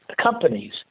companies